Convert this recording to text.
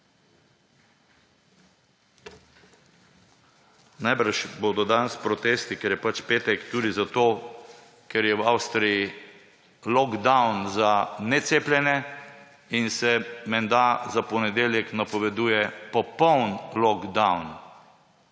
Najbrž bodo danes protesti, ker je pač petek, tudi zato ker je v Avstriji lockdown za necepljene in se menda za ponedeljek napoveduje popolni lockdown.